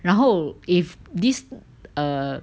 然后 if this err